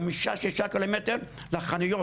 חמישה שישה קילומטר לחנויות.